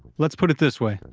let's put it this way.